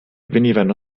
venivano